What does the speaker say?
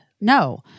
No